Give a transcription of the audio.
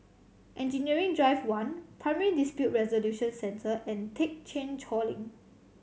Engineering Drive One Primary Dispute Resolution Centre and Thekchen Choling